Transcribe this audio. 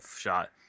shot